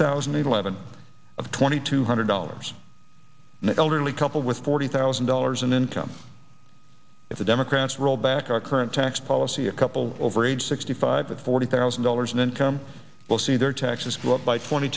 thousand and eleven of twenty two hundred dollars and elderly couple with forty thousand dollars in income if the democrats roll back our current tax policy a couple over age sixty five with forty thousand dollars in income will see their taxes go up by twenty